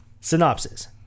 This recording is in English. Synopsis